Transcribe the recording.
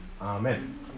amen